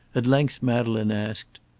at length madeleine asked,